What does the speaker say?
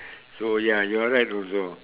so ya you are right also